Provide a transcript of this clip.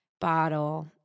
bottle